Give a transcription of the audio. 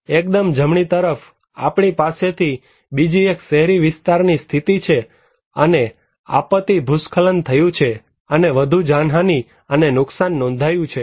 એકદમ જમણી તરફ આપણી પાસેથી બીજી એક શહેરી વિસ્તારની સ્થિતી છે અને આપત્તિ ભૂસ્ખલન થયું છે અને વધુ જાનહાનિ અને નુકસાન નોંધાયું છે